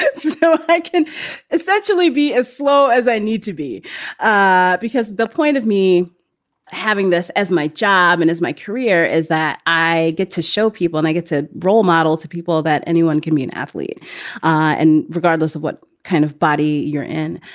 so i can essentially be as slow as i need to be ah because the point of me having this as my job and as my career is that i get to show people and i get a role model to people that anyone can be an athlete and regardless of what kind of body you're in.